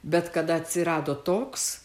bet kada atsirado toks